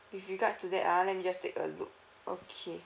with regards to that ah let me just take a look okay